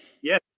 Yes